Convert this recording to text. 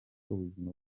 ubuzima